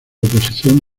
oposición